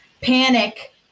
panic